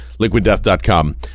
LiquidDeath.com